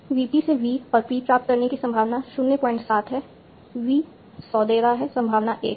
VP से V और P प्राप्त करने की संभावना 07 है V सॉ दे रहा है संभावना 1 है